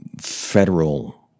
federal